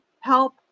help